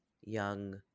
young